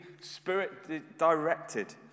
spirit-directed